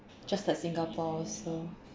just like singapore also